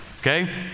okay